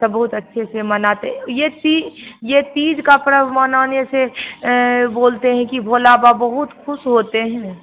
सब बहुत अच्छे से मानते हैं ये ती ये तीज का पर्व मनाने से बोलते हैं की भोला बाबा बहुत खुश होते हैं